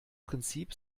prinzip